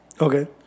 Okay